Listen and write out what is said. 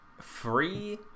free